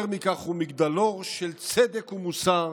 יותר מכך, הוא מגדלור של צדק ומוסר